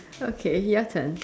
okay your turn